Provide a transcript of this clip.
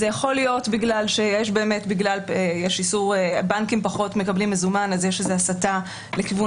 זה יכול להיות בגלל שהבנקים פחות מקבלים מזומן אז יש הסטה לכיוון